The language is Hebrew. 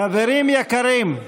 חברים יקרים.